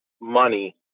money